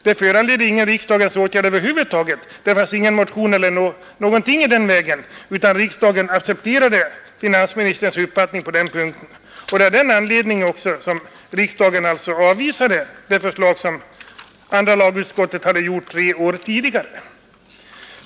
Det förekom ingen motion, och riksdagen accepterade finansministerns uppfattning på den punkten och avvisade det förslag som andra lagutskottet hade framlagt tre år tidigare.